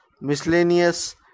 miscellaneous